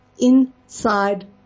inside